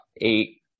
eight